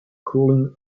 cooling